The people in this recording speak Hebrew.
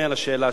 אני אסביר לך.